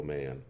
man